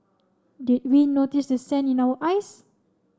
did we notice the sand in our eyes